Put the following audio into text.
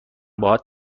باهات